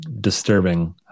disturbing